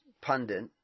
pundit